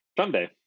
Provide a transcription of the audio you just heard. Someday